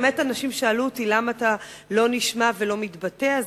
באמת אנשים שאלו אותי למה אתה לא נשמע ולא מתבטא,